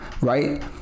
Right